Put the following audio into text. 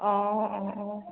অঁ অঁ অঁ